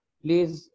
please